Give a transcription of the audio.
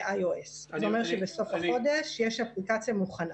IOS. זאת אומרת שבסוף החודש יש אפליקציה מוכנה.